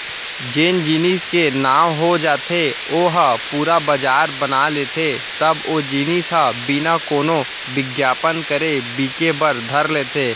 जेन जेनिस के नांव हो जाथे ओ ह पुरा बजार बना लेथे तब ओ जिनिस ह बिना कोनो बिग्यापन करे बिके बर धर लेथे